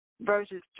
verses